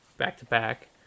back-to-back